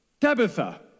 Tabitha